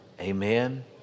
Amen